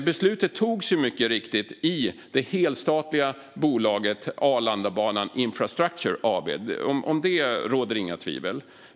Beslutet togs mycket riktigt i det helstatliga bolaget Arlandabanan Infrastructure AB - om det råder inga tvivel.